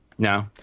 No